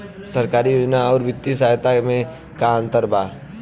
सरकारी योजना आउर वित्तीय सहायता के में का अंतर बा?